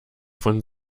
von